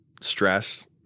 stress